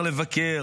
אפשר יהיה לבקר,